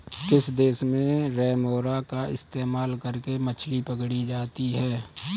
किस देश में रेमोरा का इस्तेमाल करके मछली पकड़ी जाती थी?